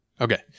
Okay